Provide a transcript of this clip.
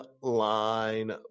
line